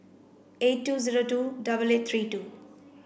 eight two zero two double eight three two